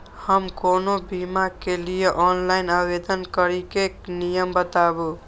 हम कोनो बीमा के लिए ऑनलाइन आवेदन करीके नियम बाताबू?